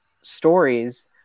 stories